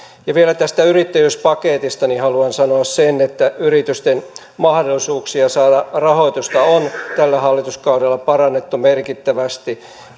vielä tästä yrittäjyyspaketista haluan sanoa sen että yritysten mahdollisuuksia saada rahoitusta on tällä hallituskaudella parannettu merkittävästi